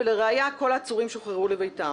ולראיה כל העצורים שוחררו לביתם.